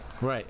Right